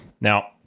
Now